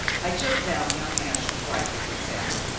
i took down young ashiel's rifle to examine.